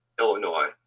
Illinois